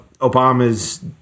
Obama's